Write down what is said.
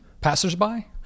Passersby